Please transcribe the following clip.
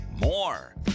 More